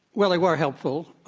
well, they were helpful.